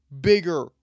bigger